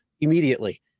immediately